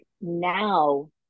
now